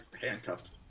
Handcuffed